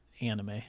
anime